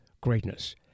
greatness